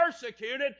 persecuted